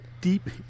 deep